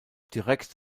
direkt